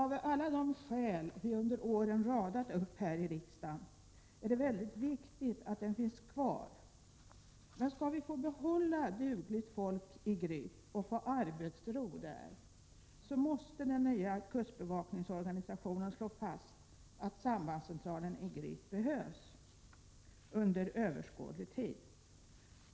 Av alla de skäl som vi under åren har radat upp här i riksdagen framgår det att det är viktigt att den finns kvar. Men om man skall få behålla dugligt folk i Gryt och få arbetsro där, måste den nya kustbevakningsorganisationen slå fast att sambandscentralen i Gryt behövs under överskådlig tid.